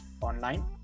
online